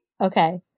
Okay